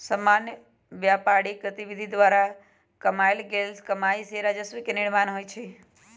सामान्य व्यापारिक गतिविधि द्वारा कमायल गेल कमाइ से राजस्व के निर्माण होइ छइ